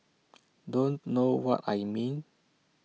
don't know what I mean